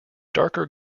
darker